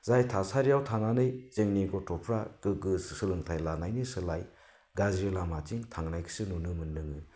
जाय थासारियाव थानानै जोंनि गथ'फ्रा गोग्गो सोलोंथाय लानायनि सोलायै गाज्रि लामाथिं थांनायखौसो नुनो मोनदों